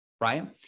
right